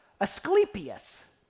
Asclepius